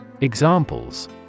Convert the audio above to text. Examples